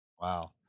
Wow